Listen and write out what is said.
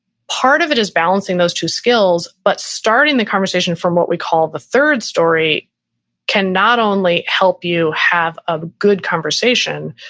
part of it is balancing those two skills, but starting the conversation from what we call the third story cannot only help you have a good conversation,